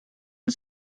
the